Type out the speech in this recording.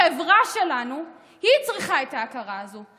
החברה שלנו, היא צריכה את ההכרה הזאת.